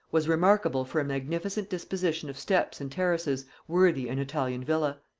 was remarkable for a magnificent disposition of steps and terraces worthy an italian villa.